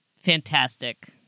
Fantastic